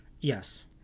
Yes